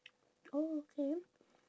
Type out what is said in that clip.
oh okay